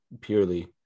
purely